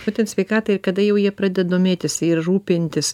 būtent sveikatai kada jau jie pradeda domėtis ir rūpintis